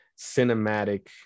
cinematic